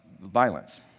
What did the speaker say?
violence